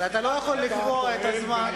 אבל אתה לא יכול לקבוע את הזמן.